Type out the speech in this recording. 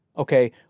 Okay